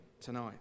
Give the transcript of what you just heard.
tonight